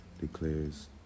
declares